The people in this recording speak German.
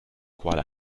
kuala